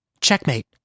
Checkmate